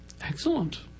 Excellent